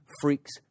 freaks